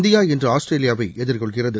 India இன்று ஆஸ்திரேலியாவை எதிர்கொள்கிறது